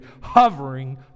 hovering